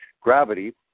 gravity